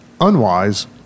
unwise